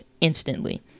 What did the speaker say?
instantly